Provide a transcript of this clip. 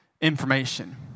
information